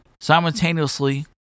Simultaneously